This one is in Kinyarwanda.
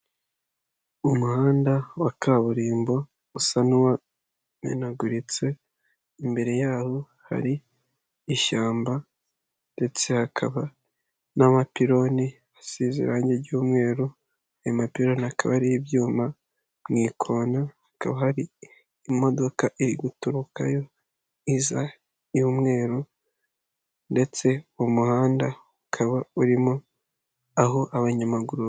Umuhanda wa kaburimbo usa n'uwamenaguritse, imbere yabo hari ishyamba ndetse hakaba n'amapironi asize irange ry'umweru, ayo mapironi akaba ari ibyuma, mu ikona hakaba hari imodoka iri guturukayo iza y'umweru, ndetse uwo muhanda ukaba urimo aho abanyamaguru...